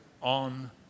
on